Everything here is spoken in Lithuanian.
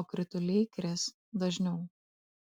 o krituliai kris dažniau